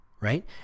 right